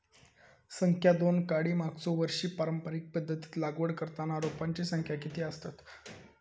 संख्या दोन काडी मागचो वर्षी पारंपरिक पध्दतीत लागवड करताना रोपांची संख्या किती आसतत?